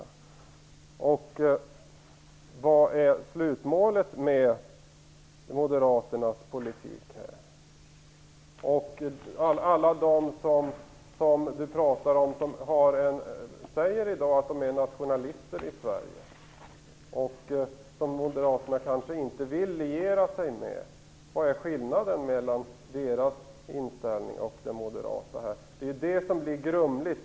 Vilket är slutmålet för Moderaternas politik? Många människor i Sverige säger i dag att de är nationalister. Moderaterna vill kanske inte liera sig med dem. Men vilken är skillnaden mellan deras inställning och den moderata? Det är det som blir grumligt.